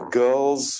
girls